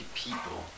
people